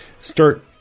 start